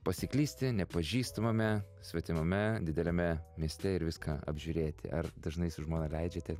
pasiklysti nepažįstamame svetimame dideliame mieste ir viską apžiūrėti ar dažnai su žmona leidžiate